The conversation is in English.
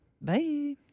Bye